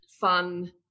fun